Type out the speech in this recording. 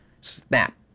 Snap